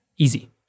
Easy